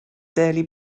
daily